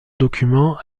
documents